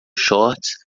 shorts